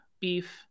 beef